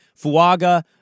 Fuaga